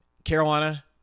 Carolina